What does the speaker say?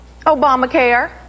Obamacare